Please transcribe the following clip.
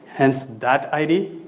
hence that id.